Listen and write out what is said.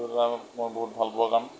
সেইটো এটা মই বহুত ভাল পোৱা কাম